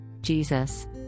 Jesus